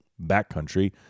backcountry